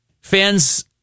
fans